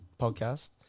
podcast